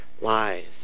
lies